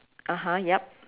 (uh huh) yup